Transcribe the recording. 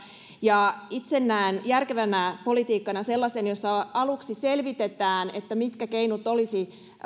itse näen järkevänä politiikkana sellaisen jossa aluksi selvitetään mitkä keinot olisivat